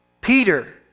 Peter